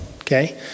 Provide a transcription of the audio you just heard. okay